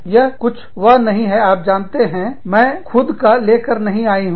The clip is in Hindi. यह कुछ वह नहीं है आप जानते हो मैं खुद का लेकर नहीं आई हूं